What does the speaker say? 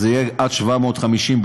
אז זה יהיה עד 750 בדיוק,